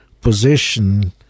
position